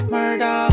Murder